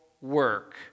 work